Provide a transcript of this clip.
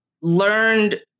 learned